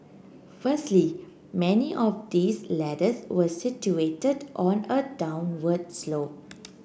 firstly many of these ladders were situated on a downward slope